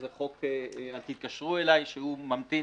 זה חוק "אל תתקשרו אליי", שבינתיים ממתין.